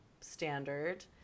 standard